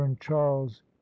charles